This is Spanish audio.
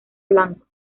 blanco